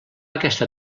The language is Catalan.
aquesta